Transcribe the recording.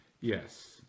Yes